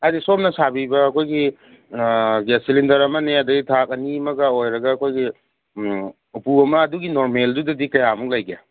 ꯍꯥꯏꯗꯤ ꯁꯣꯝꯅ ꯁꯥꯕꯤꯕ ꯑꯩꯈꯣꯏꯒꯤ ꯒ꯭ꯌꯥꯁ ꯁꯤꯂꯤꯟꯗꯔ ꯑꯃꯅꯦ ꯑꯗꯩ ꯊꯥꯛ ꯑꯅꯤꯃꯒ ꯑꯣꯏꯔꯒ ꯑꯩꯈꯣꯏꯒꯤ ꯎꯄꯨ ꯑꯃ ꯑꯗꯨꯒꯤ ꯅꯣꯔꯃꯦꯜꯗꯨꯗꯗꯤ ꯀꯌꯥꯃꯨꯛ ꯂꯩꯒꯦ